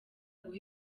guha